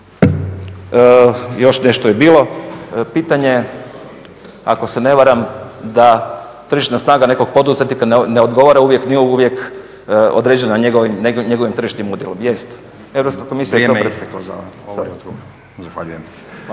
Još nešto je bilo, pitanje ako se ne varam da tržišna snaga nekog poduzetnika ne odgovara uvijek, nije uvijek određena njegovim tržišnim udjelom.